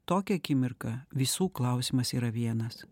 tokią akimirką visų klausimas yra vienas